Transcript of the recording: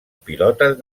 pilotes